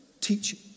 teaching